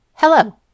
Hello